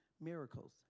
miracles